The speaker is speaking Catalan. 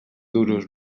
duros